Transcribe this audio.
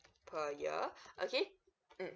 per year okay mm